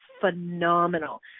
phenomenal